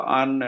on